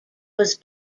was